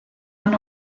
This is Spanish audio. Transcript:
han